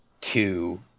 two